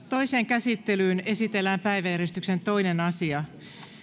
toiseen käsittelyyn esitellään päiväjärjestyksen toinen asia